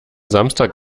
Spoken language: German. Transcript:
samstag